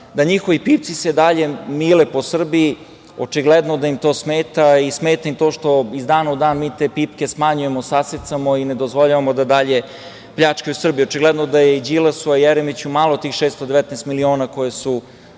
da njihovi pipci i dalje mile po Srbiji, očigledno im to smeta i smeta im to što iz dana u dan mi te pipke smanjujemo, sasecamo i ne dozvoljavamo da dalje pljačkaju Srbiju. Očigledno da je i Đilasu, a i Jeremiću malo tih 619 miliona koje su